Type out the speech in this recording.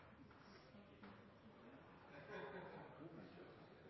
er god